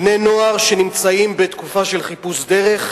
בני-נוער שנמצאים בתקופה של חיפוש דרך,